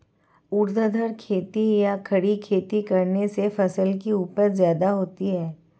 ऊर्ध्वाधर खेती या खड़ी खेती करने से फसल की उपज ज्यादा होती है